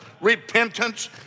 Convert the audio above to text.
Repentance